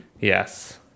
Yes